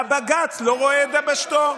הבג"ץ לא רואה את דבשתו.